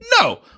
No